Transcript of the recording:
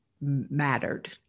mattered